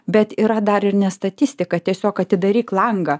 bet yra dar ir ne statistika tiesiog atidaryk langą